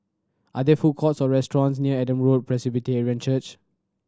are there food courts or restaurants near Adam Road Presbyterian Church